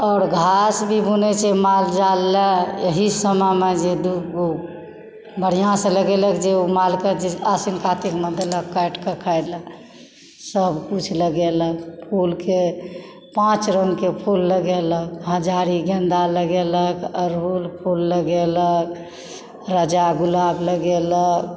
आओर घास भी बुनय छै माल जाल लऽ एहि समयमजे दुगो बढ़िआँसँ लगेलक जे ओ मालकऽ जे आश्विन कातिकमे देलक काटिके खायलऽ सभ किछु लगेलक फूलके पाँच रङ्गके फूल लगेलक हजारी गेंदा लगेलक अड़हुल फूल लगेलक राजा गुलाब लगेलक